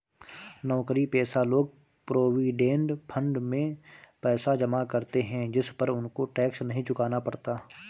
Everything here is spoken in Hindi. नौकरीपेशा लोग प्रोविडेंड फंड में पैसा जमा करते है जिस पर उनको टैक्स नहीं चुकाना पड़ता